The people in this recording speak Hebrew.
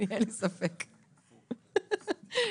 יש כבר ניסיון ואנשים הולכים עם כלבי נחייה.